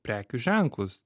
prekių ženklus